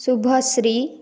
Subhashree